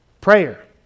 Prayer